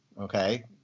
okay